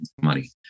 money